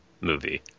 Movie